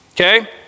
Okay